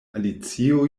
alicio